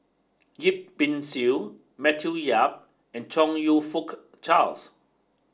Yip Pin Xiu Matthew Yap and Chong You Fook Charles